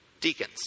deacons